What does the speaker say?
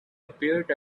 appeared